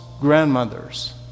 Grandmothers